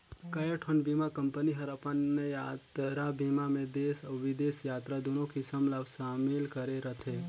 कयोठन बीमा कंपनी हर अपन यातरा बीमा मे देस अउ बिदेस यातरा दुनो किसम ला समिल करे रथे